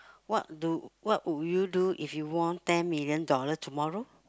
what do what would you do if you won ten million dollar tomorrow